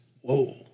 Whoa